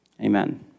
Amen